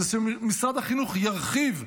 זה שמשרד החינוך ירחיב,